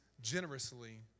generously